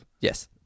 Yes